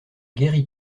guéri